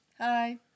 Hi